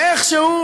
ואיכשהו